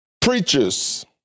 preachers